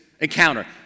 encounter